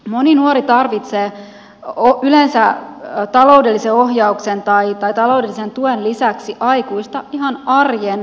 moni nuori tarvitsee yleensä taloudellisen ohjauksen tai taloudellisen tuen lisäksi aikuista ihan arjen elämänhallinnan ongelmiin